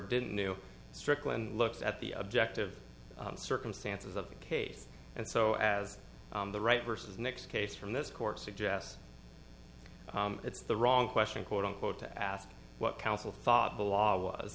didn't know strickland looks at the objective circumstances of the case and so as the right versus next case from this court suggests it's the wrong question quote unquote to ask what counsel thought the law